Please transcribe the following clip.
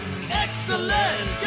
Excellent